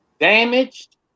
Damaged